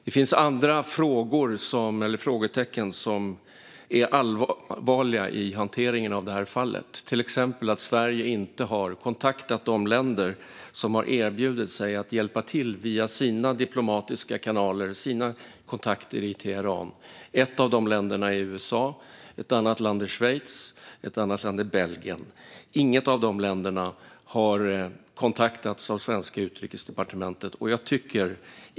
Det finns andra frågetecken som är allvarliga i hanteringen av det här fallet, till exempel att Sverige inte har kontaktat de länder som har erbjudit sig att hjälpa till via sina diplomatiska kanaler i Teheran. Ett av de länderna är USA, andra länder är Schweiz och Belgien. Inget av dessa länder har kontaktats av svenska Utrikesdepartementet.